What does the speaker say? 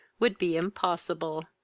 would be impossible.